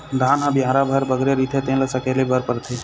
धान ह बियारा भर बगरे रहिथे तेन ल सकेले बर परथे